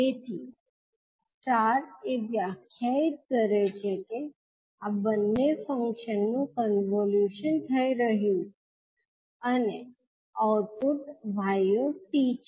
તેથી એ વ્યાખ્યાયિત કરે છે કે આ બંને ફંક્શન નું કન્વોલ્યુશન થઈ રહ્યુ છે અને આઉટપુટ 𝑦𝑡 છે